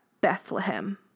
Bethlehem